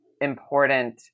important